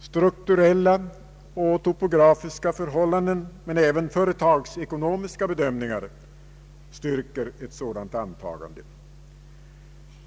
Strukturella och topografiska förhållanden men även företagsekonomiska bedömningar styrker ett sådant antagande.